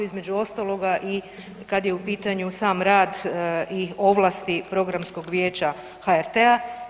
Između ostaloga i kad je u pitanju sam rad i ovlasti programskog vijeća HRT.